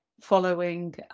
following